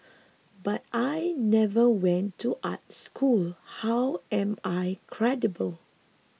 but I never went to art school how am I credible